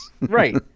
Right